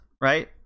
right